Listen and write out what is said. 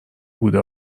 بوده